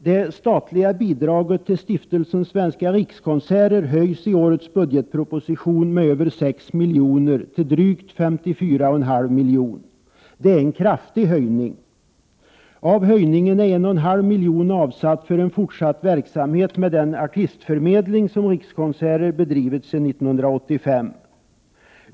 Det statliga bidraget till stiftelsen Svenska Rikskonserter höjs i årets budgetproposition med över 6 miljoner till drygt 54,5 miljoner. Det är en kraftig höjning. Av höjningen är 1,5 miljoner avsatt för en fortsatt verksamhet med den artistförmedling som Rikskonserter bedrivit sedan 1985.